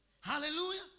Hallelujah